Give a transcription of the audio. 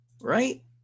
right